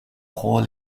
rôle